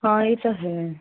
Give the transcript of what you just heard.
ਹਾਂ ਇਹ ਤਾਂ ਹੈ